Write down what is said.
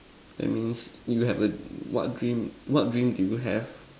that means you have a what dream what dream do you have